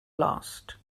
last